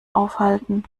aufhalten